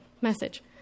message